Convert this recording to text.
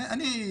אני,